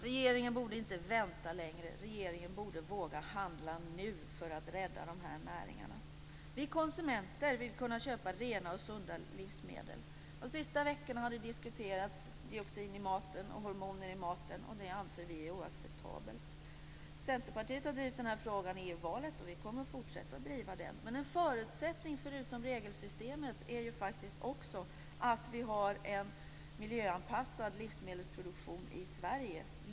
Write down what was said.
Regeringen borde inte vänta längre, regeringen borde våga handla nu för att rädda näringarna. Vi konsumenter vill kunna köpa rena och sunda livsmedel. De sista veckorna har man diskuterat dioxin och hormoner i maten, och det anser vi är oacceptabelt. Centerpartiet har drivit den här frågan i EU-valet och vi kommer att fortsätta att driva den. Men en förutsättning förutom regelsystemet är faktiskt också att vi har en miljöanpassad livsmedelsproduktion i Sverige.